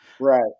Right